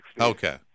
Okay